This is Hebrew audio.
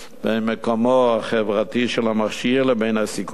בין מקומו החברתי של המכשיר לבין הסיכונים